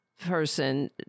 person